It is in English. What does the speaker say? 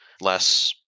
less